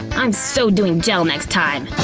i'm so doing gel next time.